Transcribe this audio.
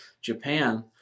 Japan